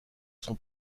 son